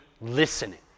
listening